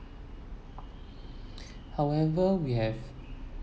however we have